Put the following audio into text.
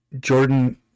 Jordan